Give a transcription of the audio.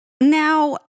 Now